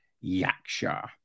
Yaksha